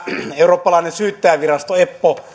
eurooppalainen syyttäjävirasto eppo